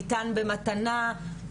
ניתן במתנה,